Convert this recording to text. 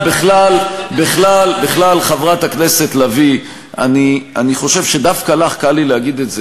את יודעת בכלל, אבל אתה יודע שאנחנו עושים את זה.